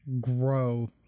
grow